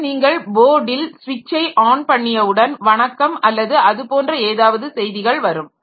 ஆக நீங்கள் போர்டில் ஸ்விட்சை ஆன் பண்ணியவுடன் வணக்கம் அல்லது அது போன்ற ஏதாவது செய்திகள் வரும்